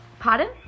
Pardon